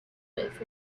with